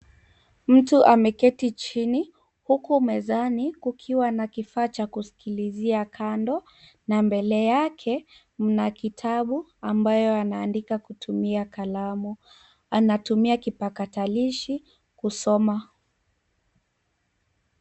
Mtu ameketi chini huku mezani kukiwa na kifaa cha kusikilizia kando ,na mbele yake mna kitabu ambayo anaandika kutumia kalamu, anatumia kipakatalishi kusoma.